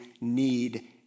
need